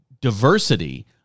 diversity